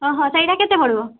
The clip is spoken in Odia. ଅହ ସେଇଟା କେତେ ପଡ଼ିବ